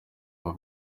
aba